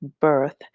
birth